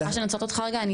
סליחה שאני עוצרת אותך רגע.